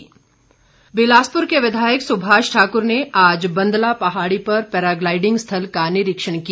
सुभाष ठाकुर बिलासपुर के विधायक सुभाष ठाक्र ने आज बंदला पहाड़ी पर पैराग्लाईडिंग स्थल का निरीक्षण किया